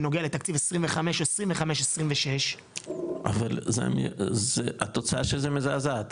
בנוגע לתקציב 25-26. אבל התוצאה של זה מזעזעת,